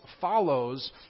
follows